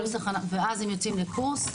ואז הם יוצאים לקורס.